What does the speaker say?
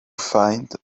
find